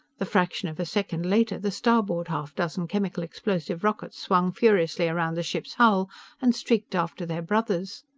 the fraction of a second later, the starboard half-dozen chemical-explosive rockets swung furiously around the ship's hull and streaked after their brothers.